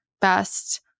best